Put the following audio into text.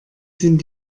sind